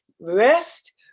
rest